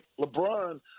LeBron